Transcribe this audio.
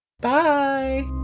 bye